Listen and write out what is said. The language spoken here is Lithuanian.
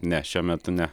ne šiuo metu ne